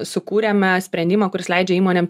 sukūrėme sprendimą kuris leidžia įmonėm